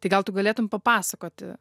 tai gal tu galėtum papasakoti